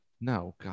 No